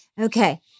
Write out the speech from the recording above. Okay